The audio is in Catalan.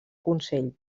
consell